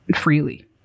freely